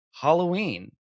Halloween